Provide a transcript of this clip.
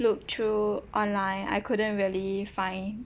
look through online I couldn't really find